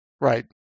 Right